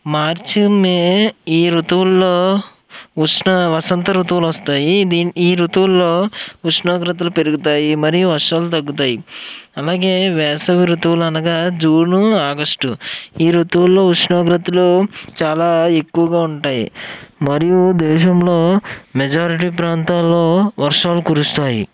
March May ఈ ఋతువుల్లో ఉష్ణ వసంత ఋతువులొస్తాయి దీని ఈ ఋతువుల్లో ఉష్ణోగ్రతలు పెరుగుతాయి మరియు వర్షాలు తగ్గుతాయి అలాగే వేసవి రుతువులు అనగా జూను ఆగస్టు ఈ ఋతువుల్లో ఉష్ణోగ్రతలు చాలా ఎక్కువగా ఉంటాయి మరియు దేశంలో మెజారిటీ ప్రాంతాల్లో వర్షాలు కురుస్తాయి